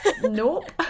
Nope